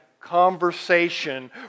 conversation